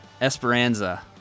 esperanza